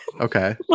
Okay